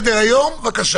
זה, במקום 14 - 18?